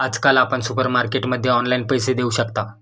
आजकाल आपण सुपरमार्केटमध्ये ऑनलाईन पैसे देऊ शकता